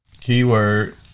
Keyword